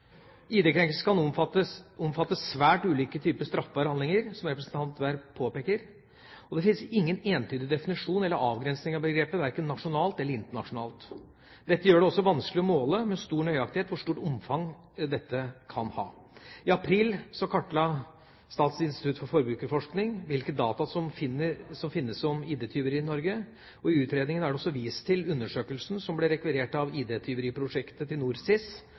ID-krenkelser kan omfatte svært ulike typer straffbare handlinger, som representanten Werp påpeker, og det finnes ingen entydig definisjon eller avgrensning av begrepet, verken nasjonalt eller internasjonalt. Dette gjør det også vanskelig å måle med stor nøyaktighet hvor stort omfang dette kan ha. I april kartla Statens institutt for forbruksforskning hvilke data som finnes om ID-tyverier i Norge. I utredningen er det også vist til undersøkelsen som ble rekvirert av ID-tyveriprosjektet til NorSIS,